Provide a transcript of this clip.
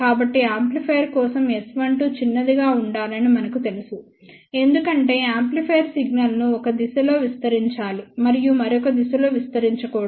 కాబట్టియాంప్లిఫైయర్ కోసం S12 చిన్నదిగా ఉండాలని మనకు తెలుసు ఎందుకంటే యాంప్లిఫైయర్ సిగ్నల్ను ఒక దిశలో విస్తరించాలి మరియు మరొక దిశలో విస్తరించకూడదు